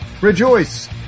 Rejoice